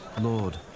Lord